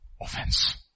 Offense